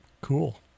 Cool